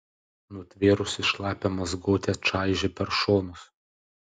nutvėrusi šlapią mazgotę čaižė per šonus